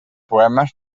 poemes